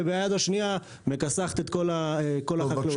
וביד השנייה מכסחת את כל החקלאות.